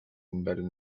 embedded